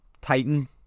titan